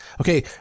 Okay